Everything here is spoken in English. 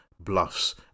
bluffs